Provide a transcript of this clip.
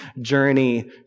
journey